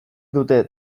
dute